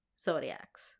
Zodiacs